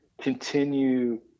continue